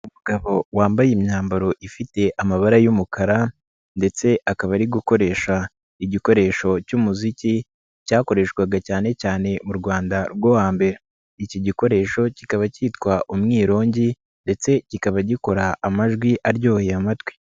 Umugabo wambaye imyambaro ifite amabara y'umukara ndetse akaba ari gukoresha igikoresho cy'umuziki cyakoreshwaga cyane cyane mu Rwanda rwo hambere, iki gikoresho kikaba kitwa umwirongi ndetse kikaba gikora amajwi aryoheye amatwi.